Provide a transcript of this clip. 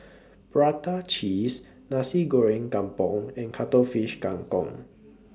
Prata Cheese Nasi Goreng Kampung and Cuttlefish Kang Kong